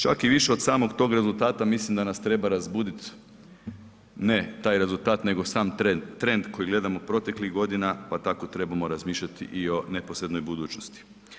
Čak i više od samog tog rezultata mislim da nas treba razbuditi ne taj rezultat, nego sam trend koji gledamo proteklih godina, pa tako trebamo razmišljati i o neposrednoj budućnosti.